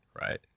right